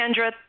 Kendra